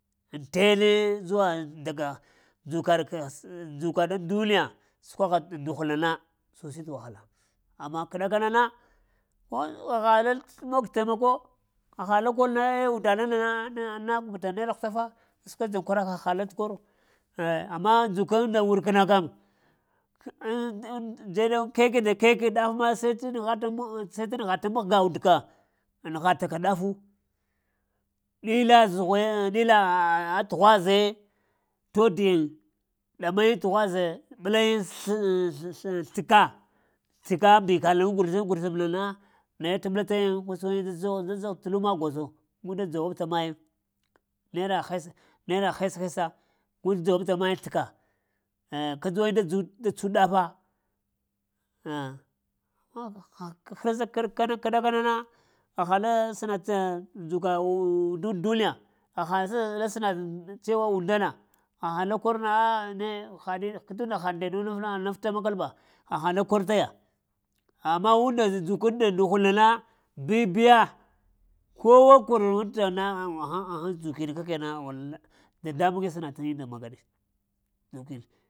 Aŋ tene zuwa yiŋ daga dzukarka dzukaɗ aŋ duniya səkwogha nduhulna susi tə wahala, amma koɗakana na haha la təmog taimako, haha la kor eh undaɗa nana na bata naira hutafa a səkwa dzankwaraka ha lat koro, eh amma dzukaŋ wurk'na kəm dzeɗ aŋ pege ɗaf-ma sa tə nəghata maliga uvdaka nəghataka dafu, ɗila zughwe ɗila, təghwaze tadyiŋ ɗamayiŋ tughwazee ɓəlayiŋ sləka təka mbikalŋ gurzum-gurzum na na naye tə ɓlatayiŋ tə lumma gwozo gu da dza-wabta mayiŋ naira hesa, naira hes-hesa gu dzeɗ mayiŋ təka, ah kədzuwayiŋ da tsu ɗafa kəɗakana na haha la sənatən dzuka undaŋ duniya haha la sənata cewa undana haha la korna tunda haɗ deɗuna anaf tamakal ba haha la kor taya amma unnda dzuk, nduhud na bibiya kowa kwantana agh-agh-agh dzuk kəgeɗna dadambuŋe sənatinna magaɗe.